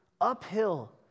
uphill